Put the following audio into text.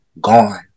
gone